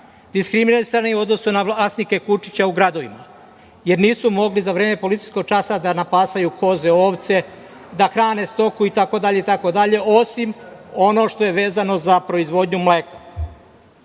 diskriminisani u odnosu na vlasnike kučića u gradovima, jer nisu mogli za vreme policijskog časa da napasaju koze, ovce, da hrane stoku, itd., osim ono što je vezano za proizvodnju